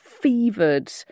fevered